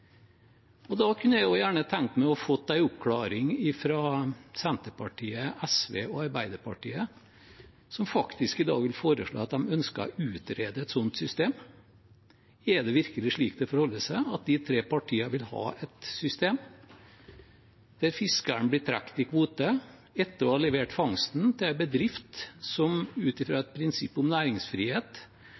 Jeg kunne gjerne tenkt meg å få en oppklaring fra Senterpartiet, SV og Arbeiderpartiet, som faktisk i dag vil foreslå å få utredet et slikt system. Er det virkelig slik det forholder seg at de tre partiene vil ha et system der fiskeren blir trukket i kvote etter å ha levert fangsten til en bedrift som ut fra et prinsipp om næringsfrihet